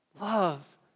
love